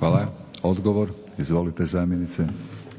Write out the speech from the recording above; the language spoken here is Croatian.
**Artuković Kunšt, Sandra**